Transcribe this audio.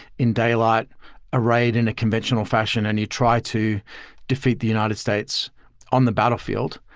in daylight arrayed in a conventional fashion and you try to defeat the united states on the battlefield,